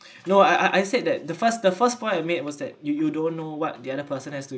no I I said that the first the first point I made was that you you don't know what the other person has to